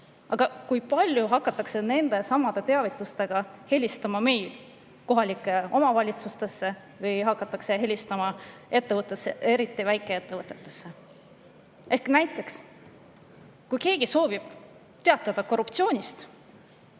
Aga kui palju hakatakse nendesamade teavitustega helistama meil kohalikesse omavalitsustesse või ettevõtetesse, eriti väikeettevõtetesse? Ehk näiteks see, kui keegi soovib teatada korruptsioonist,